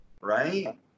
right